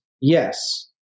Yes